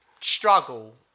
struggle